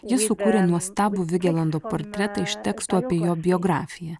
jis sukūrė nuostabų vigelando portretą iš tekstų apie jo biografiją